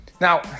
Now